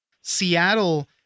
Seattle